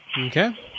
Okay